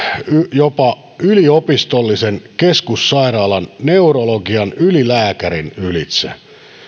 jopa yliopistollisen keskussairaalan neurologian ylilääkärin ylitse